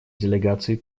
делегации